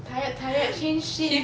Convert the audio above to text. tired tired change shift